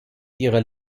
ihrer